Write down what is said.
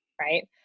right